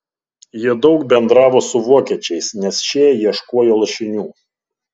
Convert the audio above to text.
jie daug bendravo su vokiečiais nes šie ieškojo lašinių